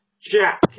Jack